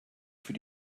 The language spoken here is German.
für